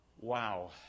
wow